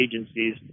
agencies